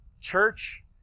church